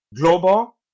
global